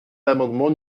l’amendement